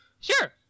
Sure